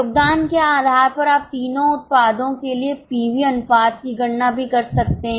योगदान के आधार पर आप तीनों उत्पादों के लिए पीवी अनुपात की गणना भी कर सकते हैं